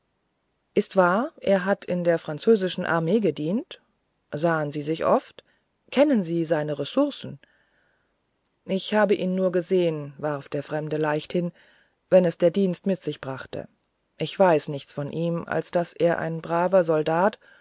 ist wahr er hat in der französischen armee gedient sahen sie sich oft kennen sie seine ressourcen ich habe ihn nur gesehen warf der fremde leicht hin wenn es der dienst mit sich brachte ich weiß nichts von ihm als daß er ein braver soldat